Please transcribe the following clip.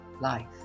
life